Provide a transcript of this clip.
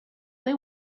they